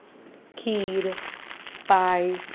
मूग खतखतें